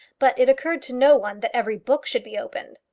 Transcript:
but it occurred to no one that every book should be opened.